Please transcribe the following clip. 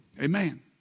Amen